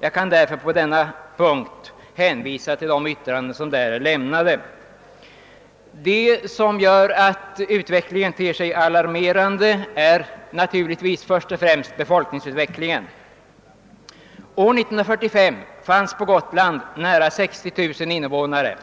jag kan därför på denna punkt hänvisa till dessa yttranden. Befolkningsutvecklingen är alarmerande. År 1945 fanns på Gotland nära 60 000 invånare.